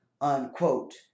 unquote